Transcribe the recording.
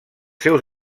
seus